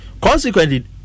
Consequently